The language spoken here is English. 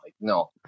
no